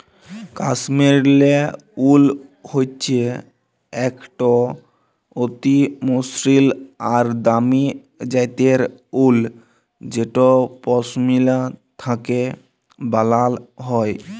কাশ্মীরলে উল হচ্যে একট অতি মসৃল আর দামি জ্যাতের উল যেট পশমিলা থ্যাকে ব্যালাল হয়